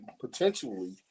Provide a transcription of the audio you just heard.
potentially